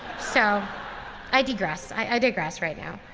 so i digress. i digress right now.